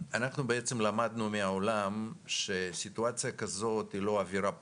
למדנו מהעולם שסיטואציה כזאת היא לא עבירה פוליטית,